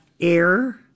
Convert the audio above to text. Air